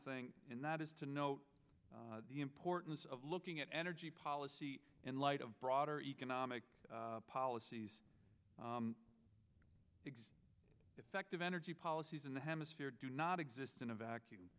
thing and that is to note the importance of looking at energy policy in light of broader economic policies exist effective energy policies in the hemisphere do not exist in a vacuum